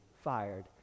fired